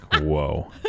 whoa